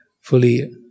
fully